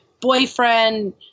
boyfriend